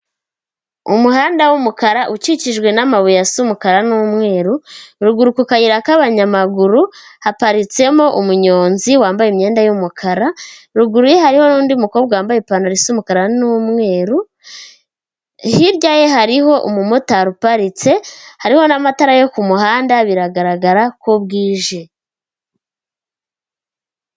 Umuhanda w'umukara ukikijwe n'amabuye asa umukara n'umweru, ruguru ku kayira k'abanyamaguru haparitsemo umunyonzi wambaye imyenda y'umukara, ruguru ye hariyo n'undi mukobwa wambaye ipantaro y'umukara n'umweru, hirya ye hariho umumotari uparitse, hariho n'amatara yo ku muhanda biragaragara ko bwije.